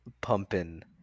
pumping